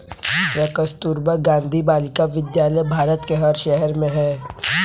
क्या कस्तूरबा गांधी बालिका विद्यालय भारत के हर शहर में है?